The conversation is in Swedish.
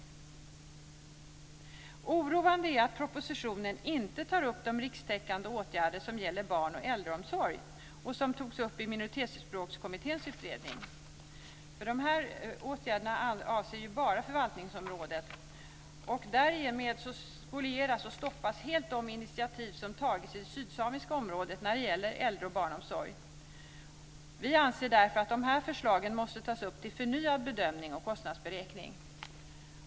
Det är oroande att man i propositionen inte tar upp de rikstäckande åtgärder som gäller barn och äldreomsorg som togs upp i Minoritetsspråkskommitténs utredning. Dessa åtgärder avser ju bara förvaltningsområdet. Därmed spolieras och stoppas helt de initiativ som har tagits i det sydsamiska området när det gäller äldre och barnomsorg. Vi anser därför att dessa förslag måste tas upp till förnyad bedömning och kostnadsberäkning.